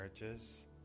marriages